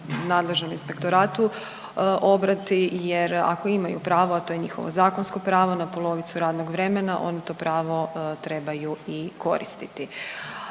nadležnom inspektoratu obrati jer ako imaju pravo, a to je njihovo zakonsko pravo na polovicu radnog vremena onda to pravo trebaju i koristiti.